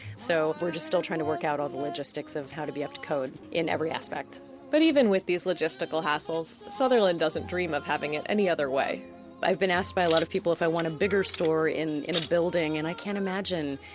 so we're just still trying to work out all the logistics of how to be up to code in every aspect but even with these logistical hassles, sutherland doesn't dream of having it any other way i've been asked by a lot of people if i want a bigger store in a building, and i can't imagine.